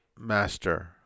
master